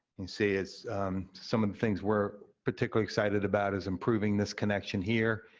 you see, as some of the things we're particularly excited about, is improving this connection here,